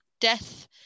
Death